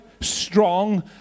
strong